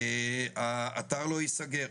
האתר לא ייסגר.